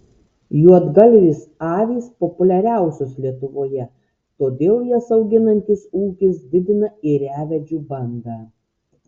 juodgalvės avys populiariausios lietuvoje todėl jas auginantis ūkis didina ėriavedžių bandą